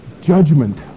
judgment